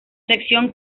sección